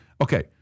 Okay